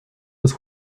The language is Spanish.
los